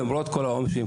למרות כל העומס.